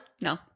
No